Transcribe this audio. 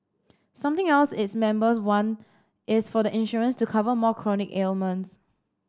something else its members want is for the insurance to cover more chronic ailments